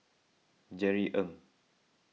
Jerry Ng